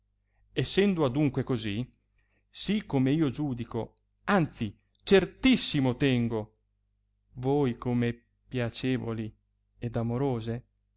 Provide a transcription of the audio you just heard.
essendo adunque così sì come io giudico anzi certissimo tengo voi come piacevoli ed amorose